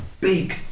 big